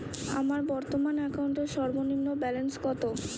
আমার বর্তমান অ্যাকাউন্টের সর্বনিম্ন ব্যালেন্স কত?